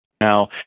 Now